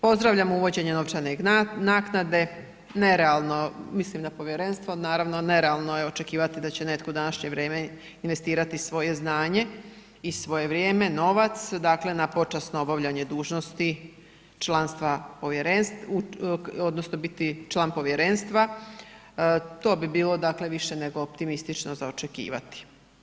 Pozdravljamo uvođenje novčane naknade, nerealno mislim na povjerenstvo, naravno nerealno je očekivati da će netko u današnje vrijeme investirati svoje znanje i svoje vrijeme, novac na počasno obavljanje dužnosti člana povjerenstva odnosno biti član povjerenstva, to bi bilo dakle više nego optimistično za očekivati.